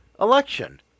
election